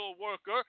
worker